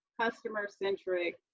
customer-centric